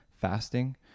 fasting